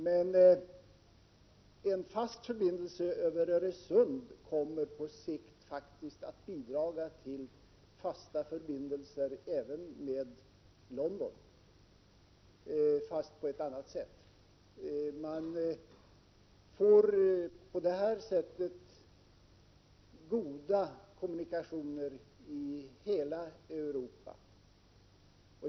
Men en fast förbindelse över Öresund kommer på sikt att bidra till fasta förbindelser även med London — fast på annat sätt. Man får goda kommunikationer i hela Europa.